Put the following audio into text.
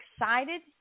excited